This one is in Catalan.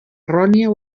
errònia